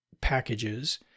packages